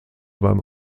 beim